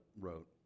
wrote